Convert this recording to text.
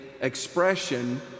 expression